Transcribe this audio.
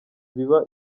biba